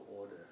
order